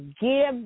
give